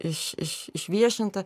iš iš išviešintą